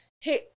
Hey